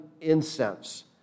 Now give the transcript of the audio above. incense